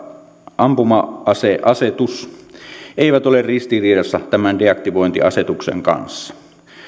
ampuma aseasetus eivät ole ristiriidassa tämän deaktivointiasetuksen kanssa